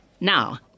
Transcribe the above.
now